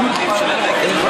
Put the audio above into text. תם זמנו.